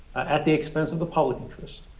at the expense of the public interest,